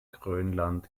grönland